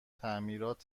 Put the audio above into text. تعمیرات